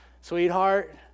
Sweetheart